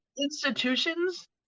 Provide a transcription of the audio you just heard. institutions